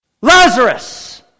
Lazarus